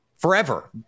Forever